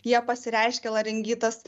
jie pasireiškia laringitas